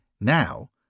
Now